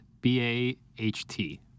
B-A-H-T